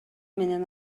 менен